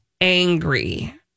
angry